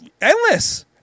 Endless